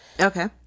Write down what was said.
okay